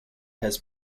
has